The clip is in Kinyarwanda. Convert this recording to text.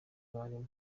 abarimu